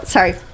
Sorry